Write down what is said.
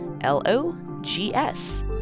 L-O-G-S